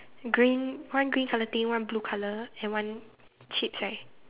green one green colour thing one blue colour and one cheats right